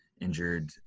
injured